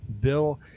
Bill